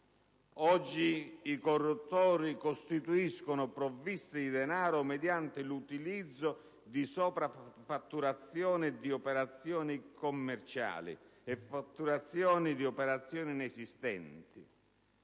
oggi i corruttori costituiscono provviste di denaro mediante l'utilizzo di sovrafatturazione di operazioni commerciali e di fatturazioni di operazioni inesistenti,